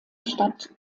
stadt